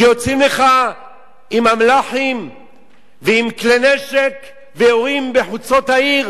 כשיוצאים לך עם אמל"חים ועם כלי-נשק ויורים בחוצות העיר